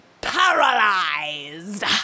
paralyzed